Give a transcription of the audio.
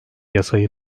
yasayı